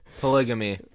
Polygamy